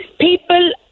People